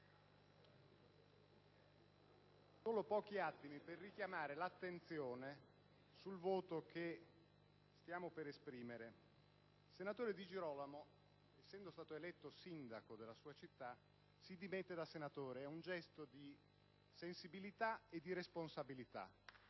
solo pochi attimi per richiamare l'attenzione sul voto che stiamo per esprimere. Il senatore Di Girolamo, essendo stato eletto sindaco della sua città, si dimette da senatore: è un gesto di sensibilità e di responsabilità.